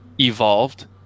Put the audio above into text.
evolved